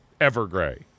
Evergrey